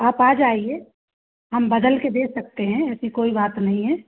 आप आ जाइए हम बदल के दे सकते हैं ऐसी कोई बात नहीं है